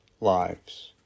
lives